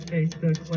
Facebook